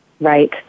Right